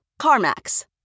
CarMax